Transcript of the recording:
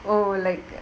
oh like